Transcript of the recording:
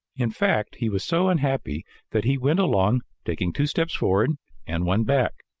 in fact he was so unhappy that he went along taking two steps forward and one back,